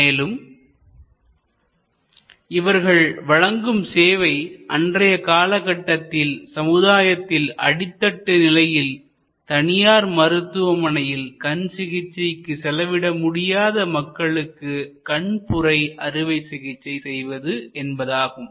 மேலும் இவர்கள் வழங்கும் சேவை அன்றைய காலகட்டத்தில் சமுதாயத்தில் அடித்தட்டு நிலையில் தனியார் மருத்துவமனையில் கண் சிகிச்சைக்கு செலவிட முடியாத மக்களுக்கு கண்புரை அறுவை சிகிச்சை செய்வது என்பதாகும்